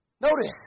Notice